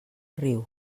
riu